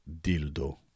dildo